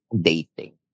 Dating